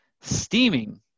steaming